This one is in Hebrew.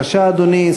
בבקשה, אדוני.